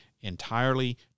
entirely